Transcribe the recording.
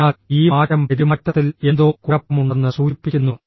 അതിനാൽ ഈ മാറ്റം പെരുമാറ്റത്തിൽ എന്തോ കുഴപ്പമുണ്ടെന്ന് സൂചിപ്പിക്കുന്നു